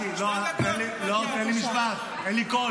קטי --- שתי דקות --- תן לי משפט, אין לי קול.